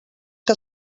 que